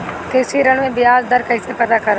कृषि ऋण में बयाज दर कइसे पता करब?